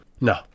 No